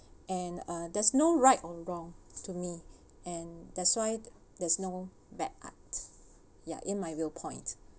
and uh there's no right or wrong to me and that's why there's no bad art ya in my viewpoint